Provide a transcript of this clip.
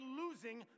losing